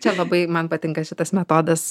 čia labai man patinka šitas metodas